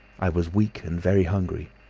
i was weak and very hungry.